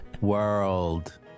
world